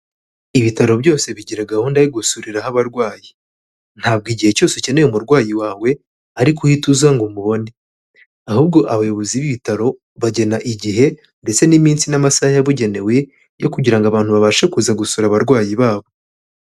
Ibitaro byose bigira gahunda yo gusuriraho abarwayi. Ntabwo igihe cyose ukeneye umurwayi wawe ariko uhita uza ngo umubone ahubwo abayobozi b'ibitaro bagena igihe ndetse n'iminsi n'amasaha yabugenewe yo kugira ngo abantu babashe kuza gusura abarwayi babo.